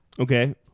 Okay